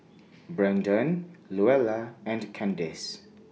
Brandan Luella and Kandace